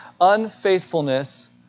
unfaithfulness